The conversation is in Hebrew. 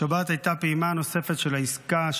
בשבת הייתה פעימה נוספת של העסקה,